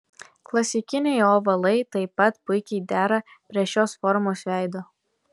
klasikiniai ovalai taip pat puikiai dera prie šios formos veido